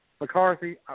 McCarthy